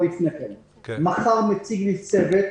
מחר מציג לי צוות